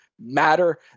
matter